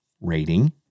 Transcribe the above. rating